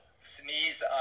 sneeze